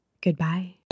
Goodbye